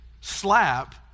slap